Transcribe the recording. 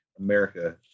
America